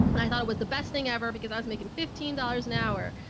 and i thought it was the best thing ever because i was making fifteen dollars an hour.